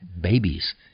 babies